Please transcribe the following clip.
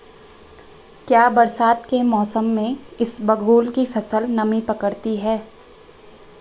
क्या बरसात के मौसम में इसबगोल की फसल नमी पकड़ती है?